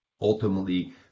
ultimately